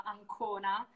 Ancona